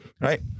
right